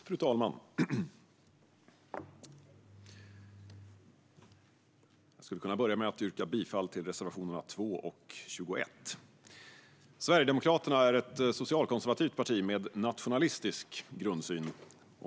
Fru talman! Jag börjar med att yrka bifall till reservationerna 2 och 21. Sverigedemokraterna är ett socialkonservativt parti med nationalistisk grundsyn.